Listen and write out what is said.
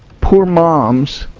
poor moms